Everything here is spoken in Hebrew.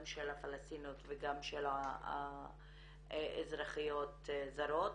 גם של הפלשתיניות וגם של האזרחיות הזרות